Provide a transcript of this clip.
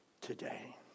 today